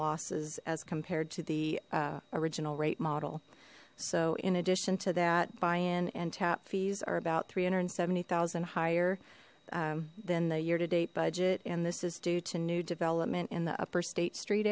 losses as compared to the original rate model so in addition to that buy in and tap fees are about three hundred and seventy thousand higher than the year to date budget and this is due to new development in the upper state street